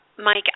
Mike